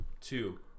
two